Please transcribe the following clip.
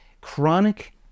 chronic